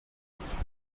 its